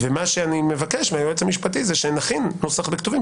מה שאני מבקש מהיועץ המשפטי זה שנכין נוסח בכתובים,